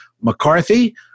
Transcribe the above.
McCarthy